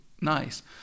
nice